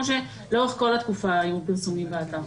כמו שלאורך כל התקופה היו פרסומים באתר.